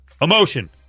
emotion